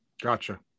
Gotcha